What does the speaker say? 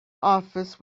office